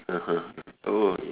(uh huh) oh ya